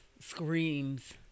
screams